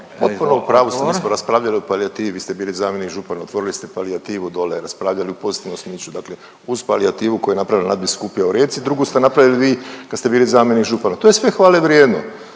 Potpuno u pravu ste, mi smo raspravljali o palijativi, vi ste bili zamjenik župana, otvorili ste palijativu dole, raspravljali u pozitivnom smislu. Dakle uz palijativu koju je napravila Nadbiskupija u Rijeci, drugu ste otvorili vi kad ste bili zamjenik župana, to je sve hvalevrijedno